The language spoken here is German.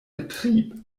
betrieb